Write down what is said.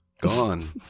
gone